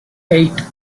eight